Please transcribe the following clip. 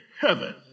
heaven